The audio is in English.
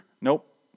Nope